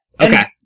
Okay